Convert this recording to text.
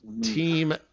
Team